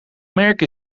merk